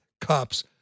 cops